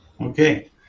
Okay